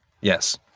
Yes